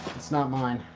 it's not mine.